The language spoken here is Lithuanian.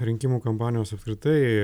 rinkimų kampanijos apskritai